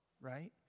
right